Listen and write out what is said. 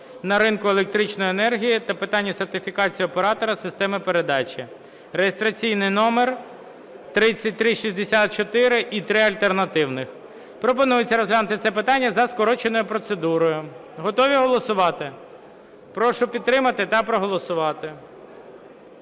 на ринку електричної енергії та питання сертифікації оператора системи передачі) (реєстраційний номер 3364 і три альтернативних). Пропонується розглянути це питання за скороченою процедурою. Готові голосувати? Прошу підтримати та проголосувати.